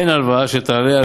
אין הלוואה, שתעלה על